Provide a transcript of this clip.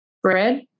Bread